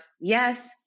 yes